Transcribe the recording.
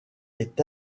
est